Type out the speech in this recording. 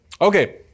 Okay